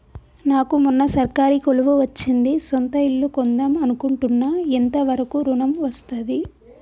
నాకు మొన్న సర్కారీ కొలువు వచ్చింది సొంత ఇల్లు కొన్దాం అనుకుంటున్నా ఎంత వరకు ఋణం వస్తది?